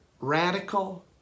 radical